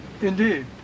Indeed